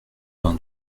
vingt